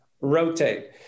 rotate